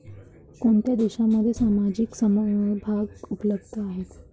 कोणत्या देशांमध्ये सामायिक समभाग उपलब्ध आहेत?